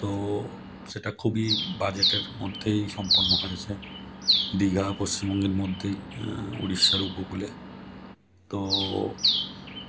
তো সেটা খুবই বাজেটের মধ্যেই সম্পন্ন হয়েছে দীঘা পশ্চিমবঙ্গের মধ্যে উড়িষ্যার উপকূলে তো